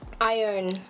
Iron